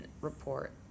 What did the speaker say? report